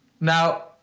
Now